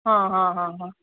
હં હં હં